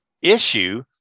Issue